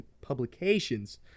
publications